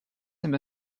him